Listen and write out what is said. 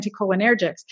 anticholinergics